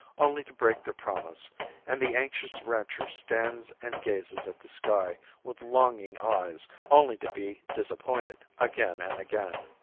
only to break their promise and the anxious rancher stands and gazes at the sky with longing eyes, only to be disappointed again and again.